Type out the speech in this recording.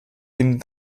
dem